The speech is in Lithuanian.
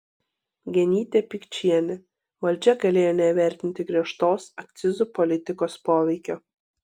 genytė pikčienė valdžia galėjo neįvertinti griežtos akcizų politikos poveikio